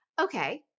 Okay